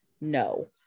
No